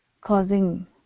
Causing